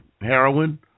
heroin